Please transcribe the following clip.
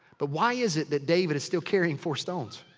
but why is it that david is still carrying four stones?